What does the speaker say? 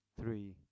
three